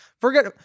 Forget